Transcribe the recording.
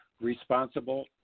responsible